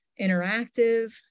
interactive